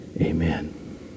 Amen